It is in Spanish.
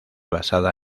basada